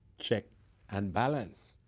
check and balance.